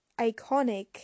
iconic